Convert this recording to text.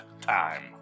time